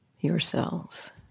yourselves